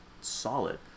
solid